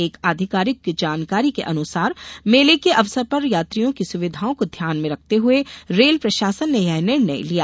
एक अधिकारिक जानकारी के अनुसार मेले के अवसर पर यात्रियों की सुविधाओं को ध्यान में रखते हुये रेल प्रशासन ने ये निर्णय लिया